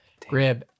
Grib